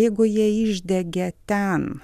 jeigu jie išdegė ten